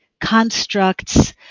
constructs